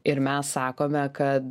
ir mes sakome kad